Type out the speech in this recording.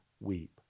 weep